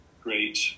great